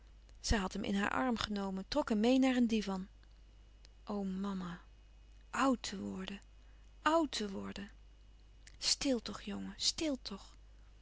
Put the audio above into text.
zij had hem in haar arm genomen trok hem meê naar een divan o mama oùd te worden oùd te worden stil toch jongen stil toch